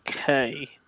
Okay